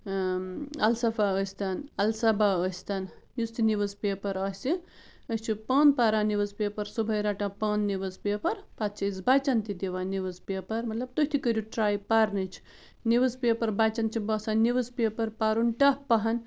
الصفا ٲسۍتن الصبا ٲسۍتن یُس تہِ نِوٕز پیپر آسہِ أسۍ چھِ پانہٕ پَران نِوٕز پیپر صُبحٲے رَٹان پانہٕ نِوٕز پیپر پتہٕ چھِ أسۍ بَچن تہِ دِوَن نِوٕز پیپر مطلب تُہۍ تہِ کٔریوٗ ٹرٛاے پرنٕچ نِوٕز پیپر بَچن چھِ باسان نِوٕز پیپر پَرُن ٹف پَہن